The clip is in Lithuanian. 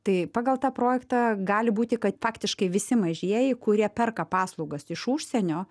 tai pagal tą projektą gali būti kad faktiškai visi mažieji kurie perka paslaugas iš užsienio